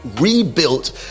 rebuilt